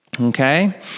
Okay